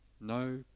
No